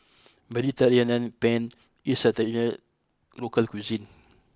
Mediterranean Penne is a traditional local cuisine